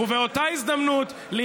ובאותה הזדמנות,